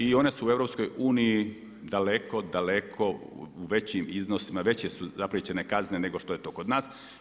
I one su u EU daleko, daleko u većim iznosima, veće su zapriječene kazne nego što je to kod nas.